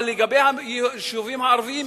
אבל לגבי היישובים הערביים,